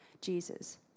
Jesus